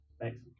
Thanks